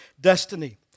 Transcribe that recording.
destiny